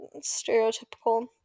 stereotypical